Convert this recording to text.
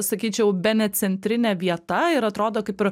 sakyčiau bene centrinė vieta ir atrodo kaip ir